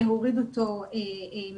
להוריד אותו מהרשת.